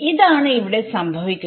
ഇതാണ് ഇവിടെ സംഭവിക്കുന്നത്